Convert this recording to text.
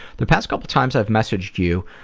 the past couple times i've messaged you,